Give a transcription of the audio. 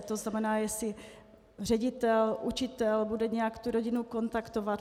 To znamená, jestli ředitel, učitel bude nějak rodinu kontaktovat.